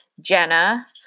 jenna